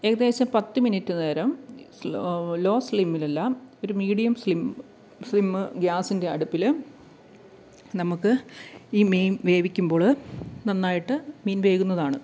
ഏകദേശം പത്തു മിനിറ്റ് നേരം സ്ലോ ലോ സ്ലിമ്മിലല്ല ഒരു മീഡിയം സ്ലിം സിം ഗ്യാസിന്റെ അടുപ്പിൽ നമുക്ക് ഈ മീൻ വേവിക്കുമ്പോൾ നന്നായിട്ട് മീൻ വേകുന്നതാണ്